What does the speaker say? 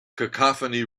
cacophony